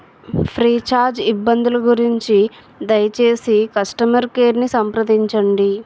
Freecharge ఇబ్బందుల గురించి దయచేసి కస్టమర్ కేర్ని సంప్రదించండి